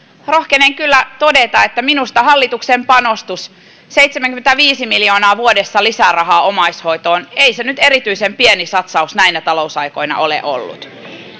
rohkenen kyllä todeta että minusta hallituksen panostus seitsemänkymmentäviisi miljoonaa vuodessa lisärahaa omaishoitoon ei nyt erityisen pieni satsaus näinä talousaikoina ole ollut